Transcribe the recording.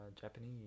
Japanese